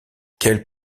quelle